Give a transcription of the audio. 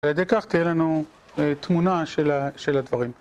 ועל ידי כך תהיה לנו תמונה של הדברים.